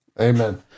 Amen